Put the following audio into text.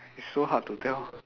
it's so hard to tell